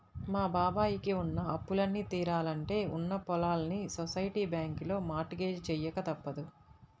మా బాబాయ్ కి ఉన్న అప్పులన్నీ తీరాలంటే ఉన్న పొలాల్ని సొసైటీ బ్యాంకులో మార్ట్ గేజ్ చెయ్యక తప్పదు